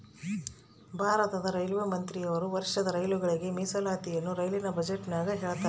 ಭಾರತದ ರೈಲ್ವೆ ಮಂತ್ರಿಯವರು ವರ್ಷದ ರೈಲುಗಳಿಗೆ ಮೀಸಲಾತಿಯನ್ನ ರೈಲಿನ ಬಜೆಟಿನಗ ಹೇಳ್ತಾರಾ